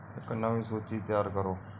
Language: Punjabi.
ਇੱਕ ਨਵੀਂ ਸੂਚੀ ਤਿਆਰ ਕਰੋ